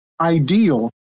ideal